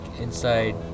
inside